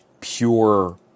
pure